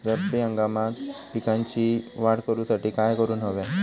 रब्बी हंगामात पिकांची वाढ करूसाठी काय करून हव्या?